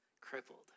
crippled